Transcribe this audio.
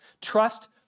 Trust